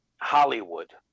Hollywood